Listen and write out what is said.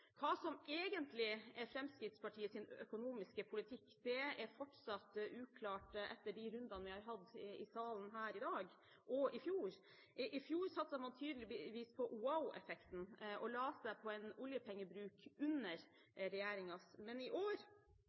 Hva som egentlig er Fremskrittspartiets økonomiske politikk, er fortsatt uklart etter de rundene vi har hatt her i salen – i dag, og i fjor. I fjor satset man tydeligvis på «wow-effekten» og la seg på en oljepengebruk under regjeringens. Men til neste år skal det pøses ut, og den finanspolitiske talsmann i